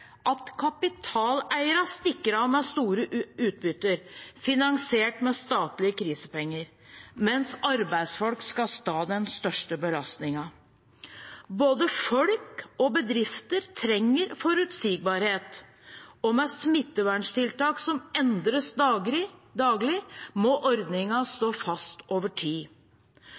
at kapitaleierne stikker av med store utbytter finansiert med statlige krisepenger, mens arbeidsfolk skal ta den største belastningen. Både folk og bedrifter trenger forutsigbarhet, og med smitteverntiltak som endres daglig, må ordningene stå fast over tid.